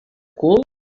cul